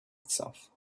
itself